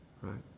Right